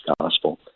gospel